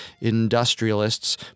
industrialists